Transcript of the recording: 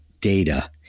data